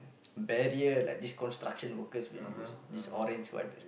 barrier like this construction worker will use this orange one